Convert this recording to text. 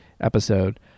episode